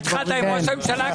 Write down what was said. כבר התחלת עם ראש הממשלה?